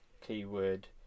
keyword